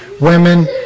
women